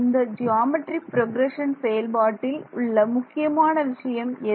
இந்த geometric progression செயல்பாட்டில் உள்ள முக்கியமான விஷயம் எது